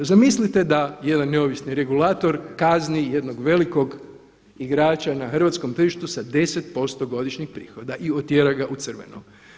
Zamislite da jedan neovisni regulator kazni jednog velikog igrača na hrvatskom tržištu sa 10% godišnjeg prihoda i utjera ga u crveno.